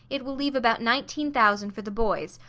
it will leave about nineteen thousand for the boys,